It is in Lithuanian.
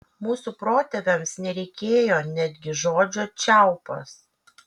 mūsų protėviams nereikėjo netgi žodžio čiaupas